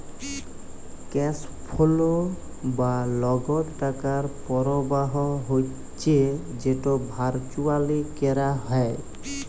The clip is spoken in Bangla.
ক্যাশ ফোলো বা লগদ টাকার পরবাহ হচ্যে যেট ভারচুয়ালি ক্যরা হ্যয়